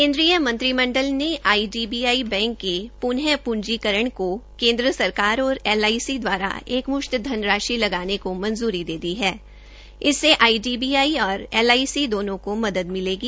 केन्द्रीय मंत्रिमंडल ने आईडीबीआई बैंक के पून पूंजीकरण को केनद्र सरकार और एलआईसी द्वारा एकमुश्त धनराशि लगाने को मंजूरी दे दी है और आईडीबीआई और एलआईसी दोनों को मदद मिलेगी